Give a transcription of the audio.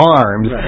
arms